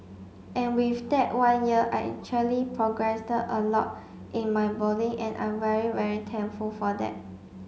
and with that one year I actually a lot in my bowling and I'm very very thankful for that